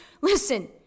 listen